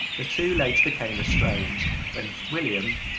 the two later became estranged, when william,